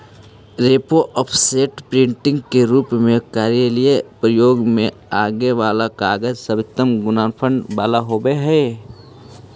repro, offset, printing के रूप में कार्यालयीय प्रयोग में आगे वाला कागज सर्वोत्तम गुणवत्ता वाला होवऽ हई